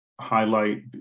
highlight